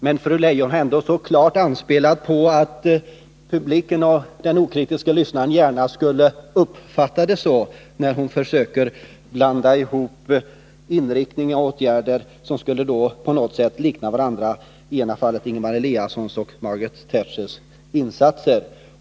Men fru Leijon har ändå så klart spelat på att publiken och den okritiske lyssnaren gärna skulle uppfatta det så när hon försöker blanda ihop inriktning och åtgärder som på något sätt skulle likna varandra — i ena fallet Ingemar Eliassons och Margaret Thatchers insatser.